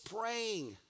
praying